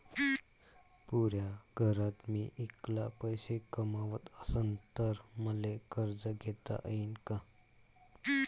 पुऱ्या घरात मी ऐकला पैसे कमवत असन तर मले कर्ज घेता येईन का?